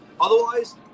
Otherwise